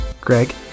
Greg